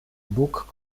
book